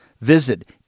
Visit